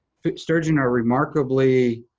sturgeon are remarkably,